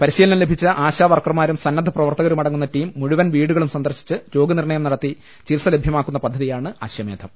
പരിശീലനം ലഭിച്ച ആശാ വർക്കർമാരും സന്നദ്ധ പ്രവർത്തകരുമടങ്ങുന്ന ടീം മുഴു വൻ വീടുകളും സന്ദർശിച്ച് രോഗനിർണയം നടത്തി ചികിത്സ ലഭ്യമാക്കുന്ന പദ്ധതിയാണ് അശ്വമേധം